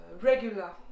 regular